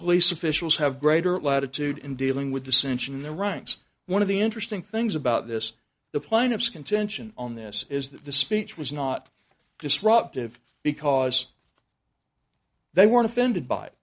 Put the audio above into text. police officials have greater latitude in dealing with dissention in the ranks one of the interesting things about this the plaintiffs contention on this is that the speech was not disruptive because they were offended by it